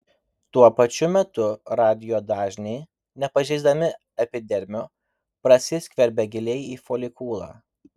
tuo pačiu metu radijo dažniai nepažeisdami epidermio prasiskverbia giliai į folikulą